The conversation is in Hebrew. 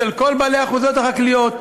אצל כל בעלי האחוזות החקלאיות.